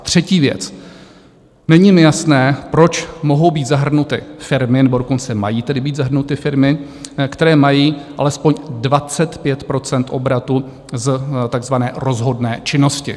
Třetí věc: není mi jasné, proč mohou být zahrnuty firmy nebo dokonce mají tedy být zahrnuty firmy které mají alespoň 25 % obratu z takzvané rozhodné činnosti.